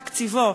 תקציבו,